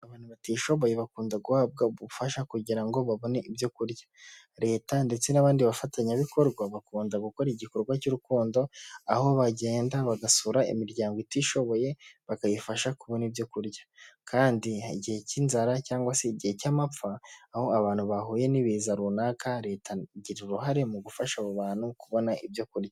Batishoboye bakunda guhabwa ubufasha kugira ngo babone ibyo kurya. Leta ndetse n'abandi bafatanyabikorwa bakunda gukora igikorwa cy'urukundo aho bagenda bagasura imiryango itishoboye bakayifasha kubona ibyo kurya kandi igihe cy'inzara cyangwa se igihe cy'amapfa aho abantu bahuye n'ibiza runaka leta igira uruhare mu gufasha abo bantu kubona ibyo kurya.